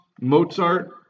Mozart